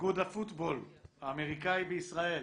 איגוד הפוטבול האמריקאי בישראל.